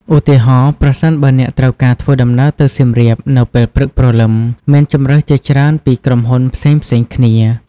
ឧទាហរណ៍ ប្រសិនបើអ្នកត្រូវការធ្វើដំណើរទៅសៀមរាបនៅពេលព្រឹកព្រលឹម មានជម្រើសជាច្រើនពីក្រុមហ៊ុនផ្សេងៗគ្នា។